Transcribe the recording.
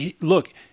look